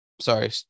sorry